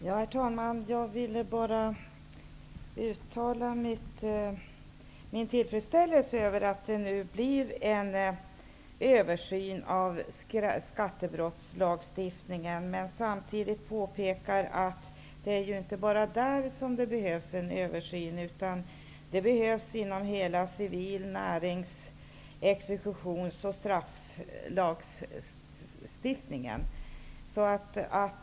Herr talman! Jag vill bara uttala min tillfredsställelse över att det nu blir en översyn av skattebrottslagstiftningen och samtidigt påpeka att det inte enbart är på det området som det behövs en översyn. Det behövs även en översyn av civilnärings exekutions och strafflagstiftningen.